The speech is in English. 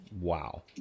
Wow